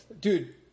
Dude